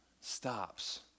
stops